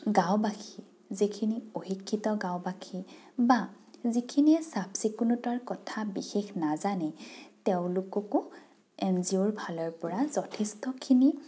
গাঁওবাসী যিখিনি অশিক্ষিত গাঁওবাসী বা যিখিনিয়ে চাফ চিকুণতাৰ বিষয়ে বিশেষ নাজানে তেওঁলোককো এন জি অ'ৰ ফালৰ পৰা যথেষ্টখিনি